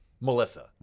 Melissa